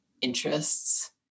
interests